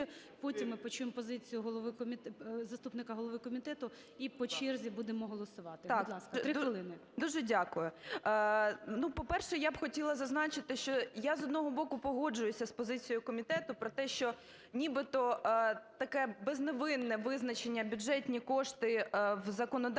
Потім ми почуємо позицію заступника голови комітету і по черзі будемо голосувати. Будь ласка, 3 хвилини. 13:54:23 СОТНИК О.С. Дуже дякую. По-перше, я б хотіла зазначити, що я, з одного боку, погоджуюся з позицією комітету про те, що нібито таке безневинне визначення "бюджетні кошти" в законодавстві